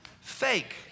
Fake